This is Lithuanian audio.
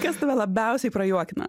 kas tave labiausiai prajuokina